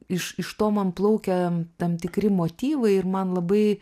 iš iš to man plaukia tam tikri motyvai ir man labai